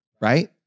right